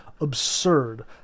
absurd